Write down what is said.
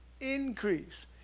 increase